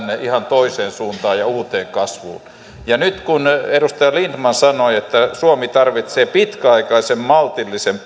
ihan toiseen suuntaan ja uuteen kasvuun nyt kun edustaja lindtman sanoi että suomi tarvitsee pitkäaikaisen maltillisen